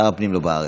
שר הפנים לא בארץ.